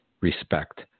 respect